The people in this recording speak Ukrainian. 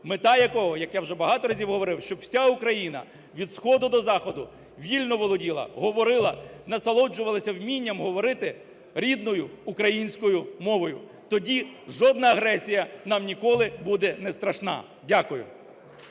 мета якого, як я вже багато разів говорив, щоб вся Україна, від сходу до заходу, вільно володіла, говорила, насолоджувалася вмінням говорити рідною українською мовою. Тоді жодна агресія нам ніколи буде не страшна. Дякую.